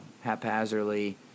haphazardly